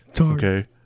Okay